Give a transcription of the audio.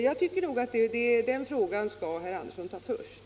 Jag tycker nog att herr Andersson skall ta den frågan först.